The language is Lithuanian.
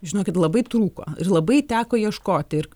žinokit labai trūko ir labai teko ieškoti ir